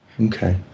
Okay